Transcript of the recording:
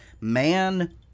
man